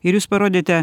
ir jūs parodėte